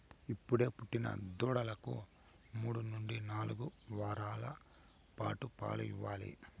అప్పుడే పుట్టిన దూడలకు మూడు నుంచి నాలుగు వారాల పాటు పాలు ఇవ్వాలి